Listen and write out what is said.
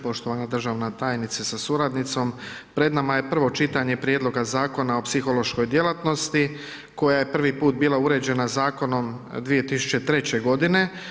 Poštovana državna tajnice sa suradnicom, pred nama je prvo čitanje prijedloga Zakona o psihološkoj djelatnosti koja je prvi put bila uređena Zakonom 2003.-će godine.